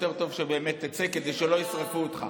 יותר טוב שבאמת תצא כדי שלא ישרפו אותך.